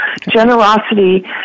generosity